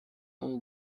all